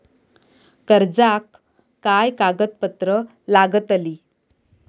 कर्जाक काय कागदपत्र लागतली?